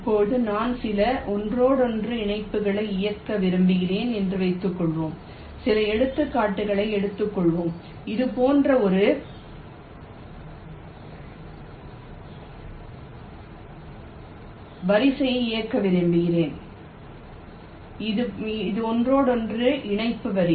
இப்போது நான் சில ஒன்றோடொன்று இணைப்புகளை இயக்க விரும்புகிறேன் என்று வைத்துக்கொள்வோம் சில எடுத்துக்காட்டுகளை எடுத்துக்கொள்வோம் இது போன்ற ஒரு வரியை இயக்க விரும்புகிறேன் இது ஒன்றோடொன்று இணைப்பு வரி